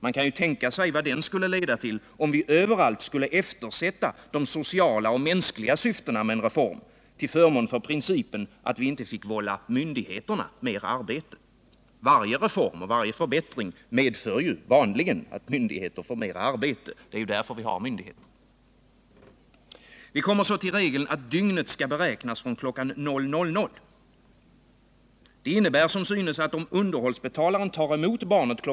Man kan ju tänka sig vad den skulle leda till om vi överallt skulle eftersätta de sociala och mänskliga syftena med en reform till förmån för principen att vi inte fick vålla myndigheter mer arbete. och frånskilda Varje reform och varje förbättring medför ju vanligen att myndigheter får mer m än É arbete. Det är ju därför vi har myndigheter. Vi kommer så till regeln att dygnet skall beräknas från kl. 00.00. Det innebär som synes att om underhållsbetalaren tar emot barnet kl.